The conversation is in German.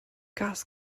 gas